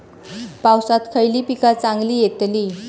पावसात खयली पीका चांगली येतली?